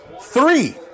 Three